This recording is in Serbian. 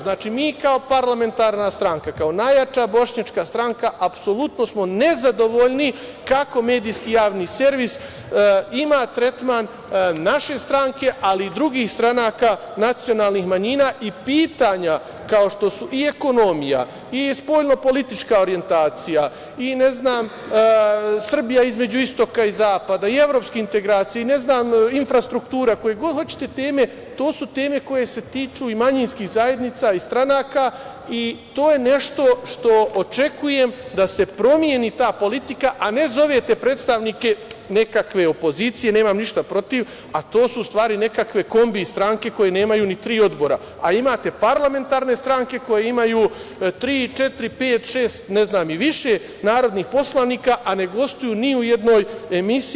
Znači, mi kao parlamentarna stranka, kao najjača bošnjačka stranka apsolutno smo nezadovoljni kako Medijski javni servis ima tretman naše stranke, ali i drugih stranka nacionalnih manjina i pitanja kao što i ekonomija, i spoljno-politička orijentacija i, ne znam Srbija, između istoka i zapada i evropske integracije i, ne znam, infrastruktura koje god hoćete teme to su teme koje se tiču i manjinskih zajednica i stranka i to je nešto što očekujem, da se promeni ta politika, a ne zovete predstavnike nekakve opozicije, nemam ništa protiv, a to su u stvari nekakve kombi stranke koje nemaju ni tri odbora, a imate parlamentarne stranke koje imaju tri, četiri, pet, šest, ne znam i više, narodnih poslanika, ali ne gostuju ni u jednoj emisiji.